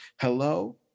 hello